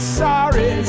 sorry